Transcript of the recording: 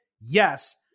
Yes